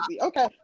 Okay